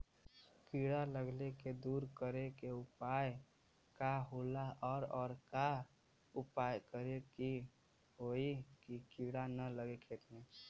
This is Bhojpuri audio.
कीड़ा लगले के दूर करे के उपाय का होला और और का उपाय करें कि होयी की कीड़ा न लगे खेत मे?